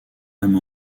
même